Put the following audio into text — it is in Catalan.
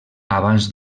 abans